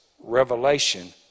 revelation